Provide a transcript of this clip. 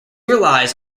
relies